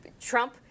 Trump